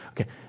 Okay